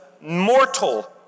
mortal